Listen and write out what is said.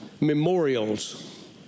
memorials